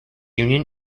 union